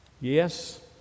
Yes